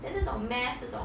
then 这种 maths 这种